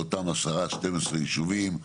באותם 10-12 יישובים,